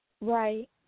Right